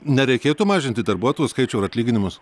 nereikėtų mažinti darbuotojų skaičių ar atlyginimus